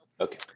Okay